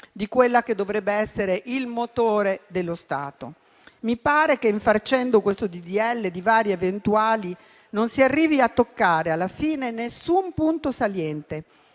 di quello che dovrebbe essere il motore dello Stato. Mi pare che infarcendo questo disegno di legge di varie ed eventuali, non si arrivi a toccare alla fine nessun punto saliente